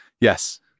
Yes